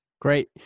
Great